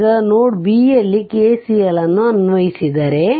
ಈಗ node b ಯಲ್ಲಿ KCL ಅನ್ವಯಿಸಿದರೆ